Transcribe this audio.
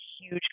huge